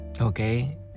okay